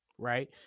Right